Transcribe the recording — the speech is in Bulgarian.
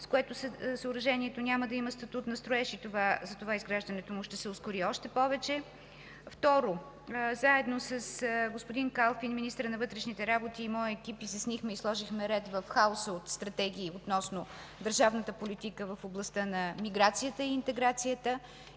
с което съоръжението няма да има статут на строеж, затова изграждането му ще се ускори още повече. Второ, заедно с господин Калфин, министърът на вътрешните работи и моят екип изяснихме и сложихме ред в хаоса от стратегии относно държавната политика в областта на миграцията и интеграцията.